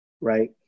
right